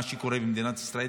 מה שקורה במדינת ישראל,